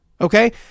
Okay